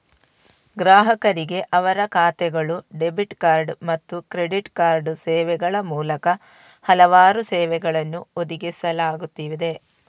ಗ್ರಾಹಕರಿಗೆ ಅವರ ಖಾತೆಗಳು, ಡೆಬಿಟ್ ಕಾರ್ಡ್ ಮತ್ತು ಕ್ರೆಡಿಟ್ ಕಾರ್ಡ್ ಸೇವೆಗಳ ಮೂಲಕ ಹಲವಾರು ಸೇವೆಗಳನ್ನು ಒದಗಿಸಲಾಗುತ್ತಿದೆ